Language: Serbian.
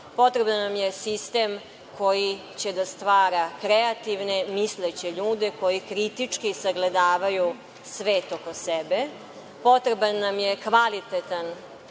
Potreban nam je sistem koji će da stvara kreativne, misleće ljude, koji kritički sagledavaju svet oko sebe. Potreban nam je kvalitetan